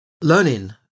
learning